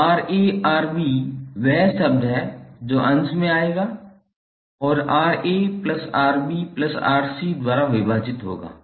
तो 𝑅𝑎𝑅𝑏 वह शब्द है जो अंश में आएगा और 𝑅𝑎𝑅𝑏𝑅𝑐 द्वारा विभाजित होगा